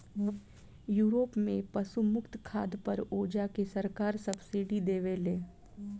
Europe में पशु मुक्त खाद पर ओजा के सरकार सब्सिडी देवेले